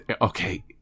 Okay